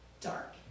dark